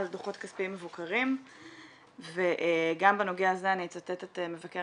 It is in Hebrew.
דוחות כספיים מבוקרים וגם בנוגע לזה אני אצטט את מבקר